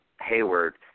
Hayward